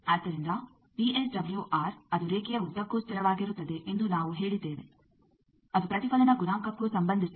ಆದ್ದರಿಂದ ವಿಎಸ್ಡಬ್ಲ್ಯೂಆರ್ ಅದು ರೇಖೆಯ ಉದ್ದಕ್ಕೂ ಸ್ಥಿರವಾಗಿರುತ್ತದೆ ಎಂದು ನಾವು ಹೇಳಿದ್ದೇವೆ ಅದು ಪ್ರತಿಫಲನ ಗುಣಾಂಕಕ್ಕೂ ಸಂಬಂಧಿಸಿದೆ